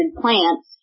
plants